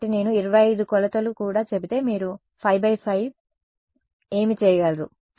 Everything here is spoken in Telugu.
కాబట్టి నేను 25 కొలతలు కూడా చెబితే మీరు 5 × 5 ఏమి చేయగలరు